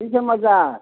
की समाचार